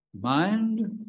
Mind